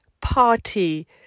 party